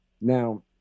now